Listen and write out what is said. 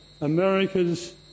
America's